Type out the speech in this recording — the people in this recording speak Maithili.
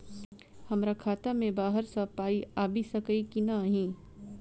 हमरा खाता मे बाहर सऽ पाई आबि सकइय की नहि?